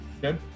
Good